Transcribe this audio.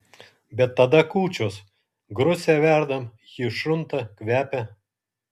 bet tada kūčios grucę verdam ji šunta kvepia